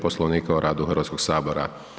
Poslovnika o radu Hrvatskoga sabora.